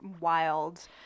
wild